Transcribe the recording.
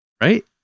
right